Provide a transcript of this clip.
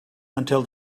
until